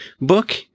book